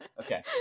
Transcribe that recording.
okay